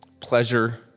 pleasure